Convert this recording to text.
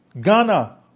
Ghana